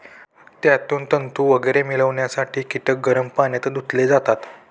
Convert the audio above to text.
त्यातून तंतू वगैरे मिळवण्यासाठी कीटक गरम पाण्यात धुतले जातात